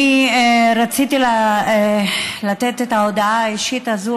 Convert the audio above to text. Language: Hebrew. אני רציתי לתת את ההודעה האישית הזאת